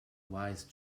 wise